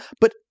but-